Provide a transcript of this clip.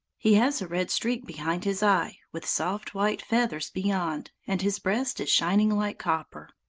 he has a red streak behind his eye, with soft white feathers beyond, and his breast is shining like copper.